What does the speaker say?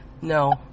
No